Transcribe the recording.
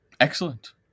Excellent